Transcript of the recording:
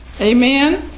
Amen